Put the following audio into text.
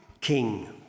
king